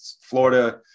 Florida